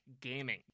gaming